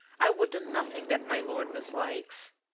i would do nothing that my lord mislikes.